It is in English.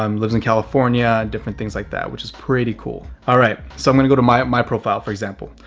um lives in california, and different things like that, which is pretty cool. all right, so i'm going to go to my my profile for example.